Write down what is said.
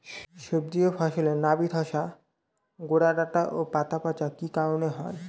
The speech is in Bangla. সবজি ও ফসলে নাবি ধসা গোরা ডাঁটা ও পাতা পচা কি কারণে হয়?